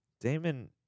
Damon